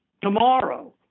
tomorrow